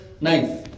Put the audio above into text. nice